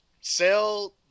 sell